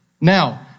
Now